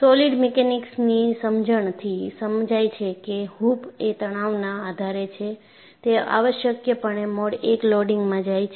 solid મિકેનિક્સની સમજણથી સમજાય છે કે હૂપ એ તણાવના આધારે છે તે આવશ્યકપણે મોડ 1 લોડિંગમાં જાય છે